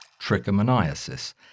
trichomoniasis